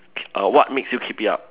err what makes you keep it up